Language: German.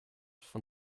von